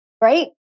right